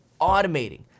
automating